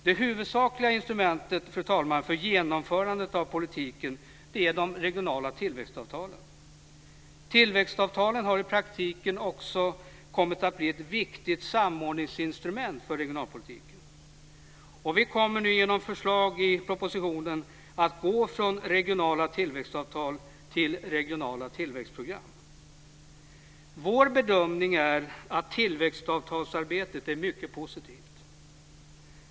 Det huvudsakliga instrumentet för genomförandet av politiken, fru talman, är de regionala tillväxtavtalen. Tillväxtavtalen har i praktiken också kommit att bli ett viktigt samordningsinstrument för regionalpolitiken. Genom förslag i propositionen kommer vi nu att gå från regionala tillväxtavtal till regionala tillväxtprogram. Vår bedömning är att tillväxtavtalsarbetet är mycket positivt.